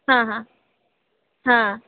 हँ हँ हँ